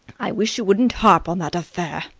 i wish you wouldn't harp on that affair!